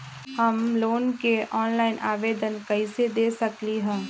हम लोन के ऑनलाइन आवेदन कईसे दे सकलई ह?